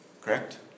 correct